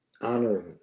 honoring